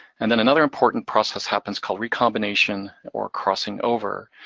and then another important process happens called recombination, or crossing over.